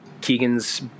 Keegan's